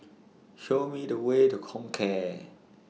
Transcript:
Show Me The Way to Comcare